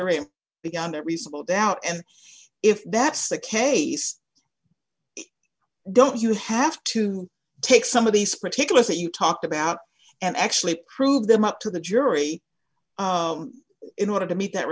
to beyond a reasonable doubt and if that's the case don't you have to take some of these particulars that you talked about and actually prove them up to the jury in order to meet that